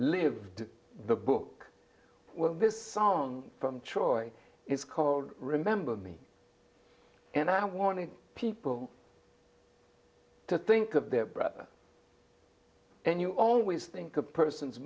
lived the book this song from choice is called remember me and i wanted people to think of their brother and you always think of person